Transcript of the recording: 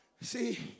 See